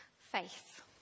Faith